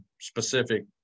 specific